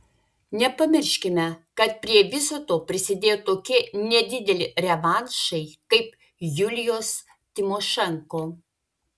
nepamirškime kad prie viso to prisidėjo tokie nedideli revanšai kaip julijos tymošenko